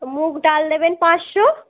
মুগ ডাল দেবেন পাঁচশো